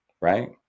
Right